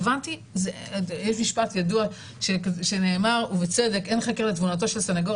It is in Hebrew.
יש משפט ידוע שנאמר ובצדק "אין חקר לתבונתו של סנגור",